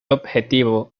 objetivo